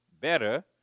better